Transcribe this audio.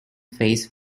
face